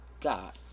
God